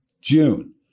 June